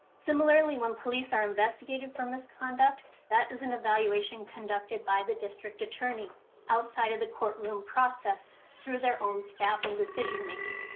similarly, one police are investigating for misconduct. that is an evaluation conducted by the district attorney outside of the courtroom process through their staff and decision making.